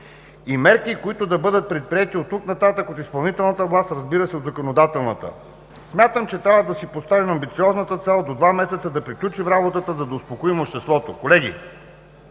и мерки, които да бъдат предприети от тук нататък от изпълнителната власт, разбира се, и от законодателната. Смятам, че трябва да си поставим амбициозната цел до два месеца да приключим работата, за да успокоим обществото.“ Колеги,